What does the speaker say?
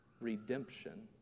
redemption